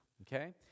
okay